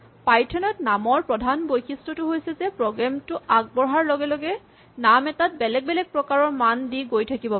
Python ত নামৰ প্ৰধান বৈশিষ্টটো হৈছে যে প্ৰগ্ৰেম টো আগবঢ়াৰ লগে লগে নাম এটাত বেলেগ বেলেগ প্ৰকাৰৰ মান দি গৈ থাকিব পাৰি